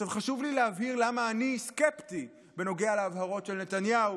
חשוב לי להבהיר למה אני סקפטי בנוגע להבהרות של נתניהו,